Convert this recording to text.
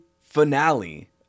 finale